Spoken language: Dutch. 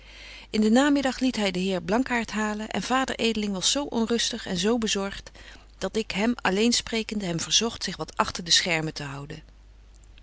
in den namiddag liet hy den heer blankaart halen en vader edeling was zo onrustig en zo bezorgt dat ik hem alleen sprekende hem verzogt zich wat agter de schermen te houden